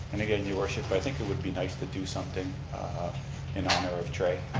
and again, your worship, i think it would be nice to do something in honor of trai,